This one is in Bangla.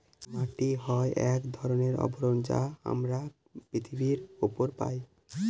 মাটি হয় এক ধরনের আবরণ যা আমরা পৃথিবীর উপরে পায়